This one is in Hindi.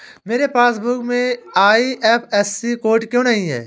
मेरे पासबुक में आई.एफ.एस.सी कोड क्यो नहीं है?